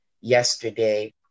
yesterday